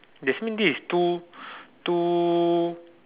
that's mean this is two two